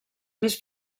més